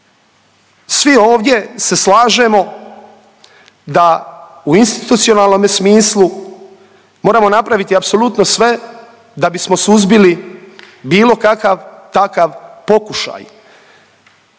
svi ovdje se slažemo da u institucionalnome smislu moramo napraviti apsolutno sve da bismo suzbili bilo kakav takav pokušaj